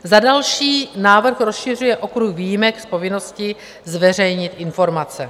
Za další návrh rozšiřuje okruh výjimek z povinnosti zveřejnit informace.